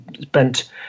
spent